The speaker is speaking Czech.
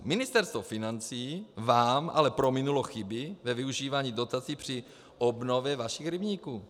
Ministerstvo financí vám ale prominulo chyby ve využívání dotací při obnově vašich rybníků.